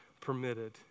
permitted